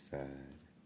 Side